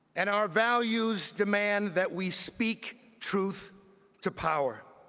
and our values demand that we speak truth to power.